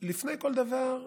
לפני כל דבר,